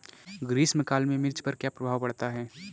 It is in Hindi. ग्रीष्म काल में मिर्च पर क्या प्रभाव पड़ता है?